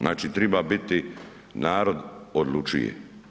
Znači treba biti narod odlučuje.